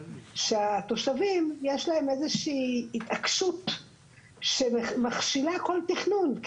לתושבים יש איזושהי התעקשות שמכשילה כל תכנון,